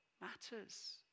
matters